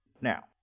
now